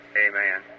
Amen